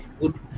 good